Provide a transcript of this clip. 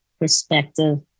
perspective